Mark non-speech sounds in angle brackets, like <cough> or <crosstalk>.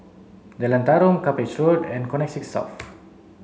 Jalan Tarum Cuppage Road and Connexis South <noise>